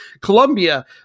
Colombia